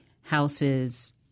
House's